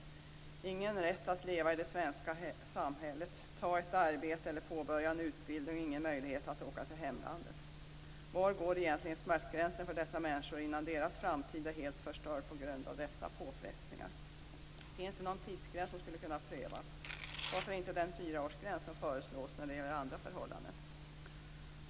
De har ingen rätt att leva i det svenska samhället, ta ett arbete eller påbörja en utbildning, och de har ingen möjlighet att åka till hemlandet. Var går egentligen smärtgränsen för dessa människor innan deras framtid är helt förstörd på grund av dessa påfrestningar? Finns det någon tidsgräns som skulle kunna prövas? Varför inte den fyraårsgräns som föreslås när det gäller andra förhållanden?